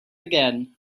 again